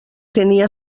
tenia